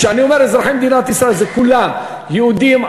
כשאני אומר "אזרחי מדינת ישראל" זה כולם: יהודים,